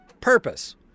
purpose